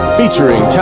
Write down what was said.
featuring